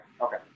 okay